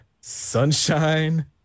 Sunshine